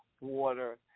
water